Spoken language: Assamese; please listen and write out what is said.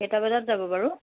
কেইটা বজাত যাব বাৰু